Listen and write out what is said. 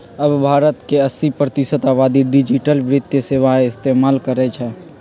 अब भारत के अस्सी प्रतिशत आबादी डिजिटल वित्तीय सेवाएं इस्तेमाल करई छई